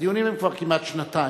הדיונים הם כבר כמעט שנתיים,